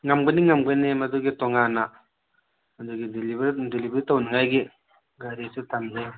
ꯉꯝꯒꯅꯤ ꯉꯝꯒꯅꯤ ꯃꯗꯨꯒꯤ ꯇꯣꯉꯥꯟꯅ ꯑꯗꯨꯒꯤ ꯗꯤꯂꯤꯚꯔ ꯗꯤꯂꯤꯚꯔ ꯇꯧꯅꯉꯥꯏꯒꯤ ꯒꯥꯔꯤꯁꯨ ꯊꯝꯖꯩ